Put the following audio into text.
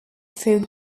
through